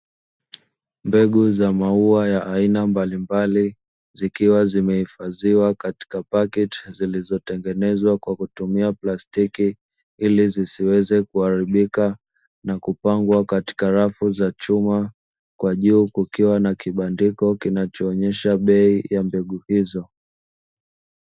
Mbegu za maua ya aina mbalimbali, zikiwa zimehifadhiwa katika pakiti zilizotengenezwa kwa kutumia plastiki ili zisiweze kuharibika na kupangwa katika rafu za chuma, kwa juu kukiwa na kibandiko kinachoonyesha bei ya mbegu hizo.